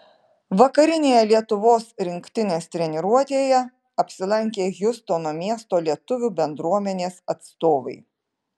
vakarinėje lietuvos rinktinės treniruotėje apsilankė hjustono miesto lietuvių bendruomenės atstovai